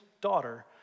daughter